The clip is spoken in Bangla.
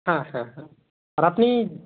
হ্যাঁ হ্যাঁ হ্যাঁ আর আপনি